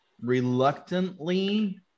reluctantly